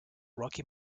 rocky